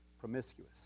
promiscuous